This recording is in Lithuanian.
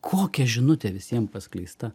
kokia žinutė visiem paskleista